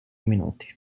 minuti